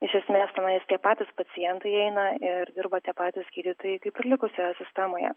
iš esmės tenais tie patys pacientai eina ir dirba tie patys gydytojai kaip ir likusioje sistemoje